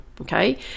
Okay